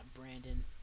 Brandon